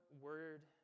word